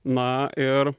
na ir